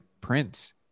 Prince